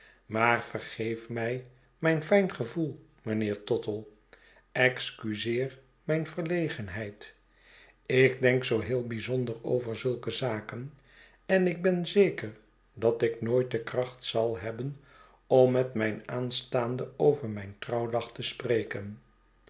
maar vergeefmij mijnfijn gevoel mijnheer tottle excuseer mijn verlegenheid ik denk zoo heel bijzonder over zulke zaken en ik ben zeker dat ik nooit de kracht zal hebben om met mijn aanstaande over mijn trouwdag te spreken